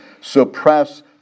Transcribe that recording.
suppress